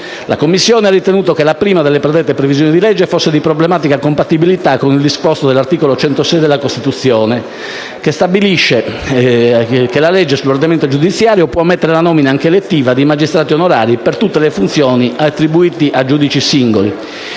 La Commissione ha ritenuto che la prima delle predette previsioni di delega fosse di problematica compatibilità con il disposto dell'articolo 106 della Costituzione - il quale stabilisce che la legge sull'ordinamento giudiziario può ammettere la nomina, anche elettiva, di magistrati onorari per tutte le funzioni attribuite a giudici singoli